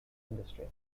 industry